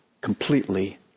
completely